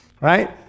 right